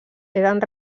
eren